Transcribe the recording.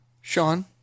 Sean